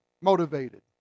motivated